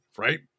right